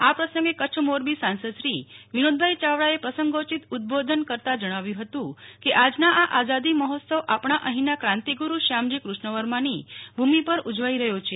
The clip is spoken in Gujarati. આ પ્રસંગે કચ્છ મોરબી સાંસદશ્રી વિનોદભાઇ યાવડાએ પ્રસંગોચિત ઉદબોધન કરતા જણાવ્યું હતું કે આજના આ આઝાદી મહોત્સવ આપણા અહીંના ક્રાંતિગુરૂ શ્યામજી કૃષ્ણવર્માની ભુમિ પર ઉજવાઇ રહયો છે